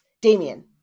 Damien